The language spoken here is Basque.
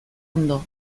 ondo